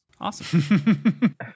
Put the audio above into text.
Awesome